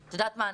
הוועדה.